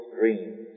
dreams